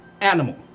animal